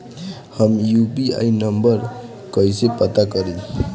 हम UPI number कइसे पता करी?